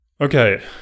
Okay